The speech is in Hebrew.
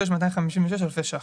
26,256 אלפי שקלים.